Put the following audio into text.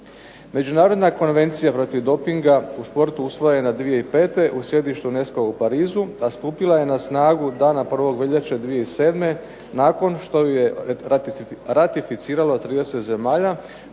Međunarodna konvencija protiv dopinga u športu usvojena 2005. u sjedištu UNESCO-a u Parizu, a stupila je na snagu dana 1. veljače 2007. nakon što ju je ratificiralo 30 zemalja